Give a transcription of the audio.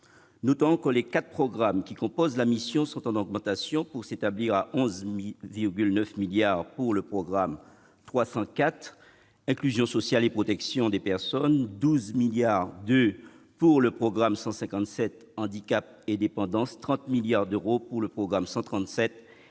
Notons que les quatre programmes qui composent la mission sont en augmentation, pour s'établir à 11,9 milliards d'euros pour le programme 304, « Inclusion sociale et protection des personnes », 12,2 milliards d'euros pour le programme 157, « Handicap et dépendance », 30 millions d'euros pour le programme 137,